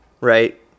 right